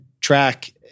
track